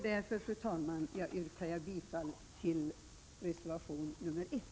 Därför, fru talman, yrkar jag bifall till reservation 1.